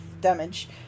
damage